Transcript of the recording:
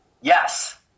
Yes